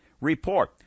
Report